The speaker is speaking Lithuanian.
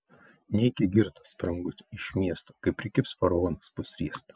neiki girtas branguti iš miesto kai prikibs faraonas bus riesta